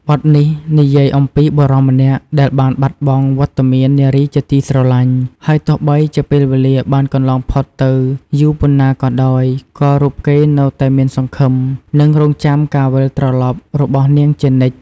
បទនេះនិយាយអំពីបុរសម្នាក់ដែលបានបាត់បង់វត្តមាននារីជាទីស្រឡាញ់ ហើយទោះបីជាពេលវេលាបានកន្លងផុតទៅយូរប៉ុណ្ណាក៏ដោយ ក៏រូបគេនៅតែមានសង្ឃឹម និងរង់ចាំការវិលត្រឡប់របស់នាងជានិច្ច។